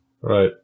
Right